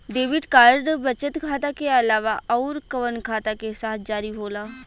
Debit card बचत खाता के अलावा अउरकवन खाता के साथ जारी होला?